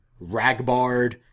Ragbard